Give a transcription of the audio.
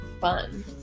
fun